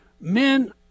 Men